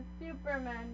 Superman